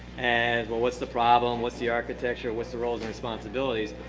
and but what's the problem? what's the architecture? what's the roles and responsibilities?